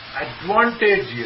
advantageous